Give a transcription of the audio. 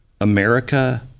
America